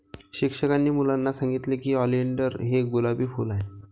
शिक्षकांनी मुलांना सांगितले की ऑलिंडर हे गुलाबी फूल आहे